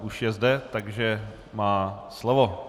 Už je zde, takže má slovo.